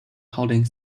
holding